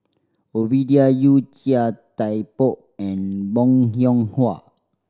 Ovidia Yu Chia Thye Poh and Bong Hiong Hwa